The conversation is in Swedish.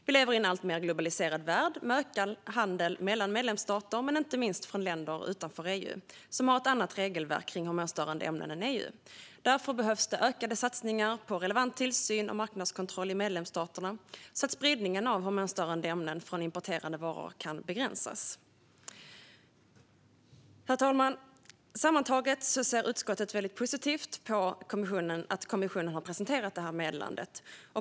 Vi lever i en alltmer globaliserad värld med ökad handel mellan medlemsstater men inte minst med länder utanför EU som har ett annat regelverk kring hormonstörande ämnen än EU har. Det behövs därför ökade satsningar på relevant tillsyn och marknadskontroll i medlemsstaterna, så att spridningen av hormonstörande ämnen från importerade varor kan begränsas. Herr talman! Sammantaget ser utskottet positivt på att kommissionen har presenterat detta meddelande.